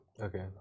Okay